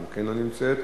גם כן לא נמצאת.